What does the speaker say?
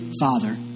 father